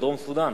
דרום-סודן.